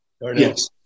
yes